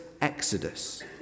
exodus